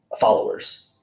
followers